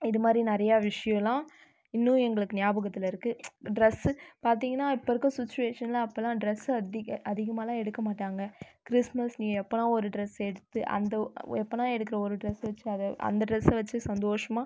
இது மாதிரி நிறைய விஷ்யோல இன்னும் எங்களுக்கு ஞாபகத்தில் இருக்குது ட்ரெஸ்ஸு பார்த்திங்கனா இப்போ இருக்க சுச்வேஷன்ல அப்பலாம் ட்ரெஸ்ஸு அதிக அதிகமாலாம் எடுக்க மாட்டாங்கள் கிறிஸ்மஸ் நீ எப்பலாம் ஒரு ட்ரெஸ் எடுத்து அந்த எப்போனா எடுக்கிற ஒரு ட்ரெஸ் வச்சி அதை அந்த ட்ரெஸ்ஸை வச்சி சந்தோஷமாக